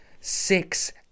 six